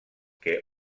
que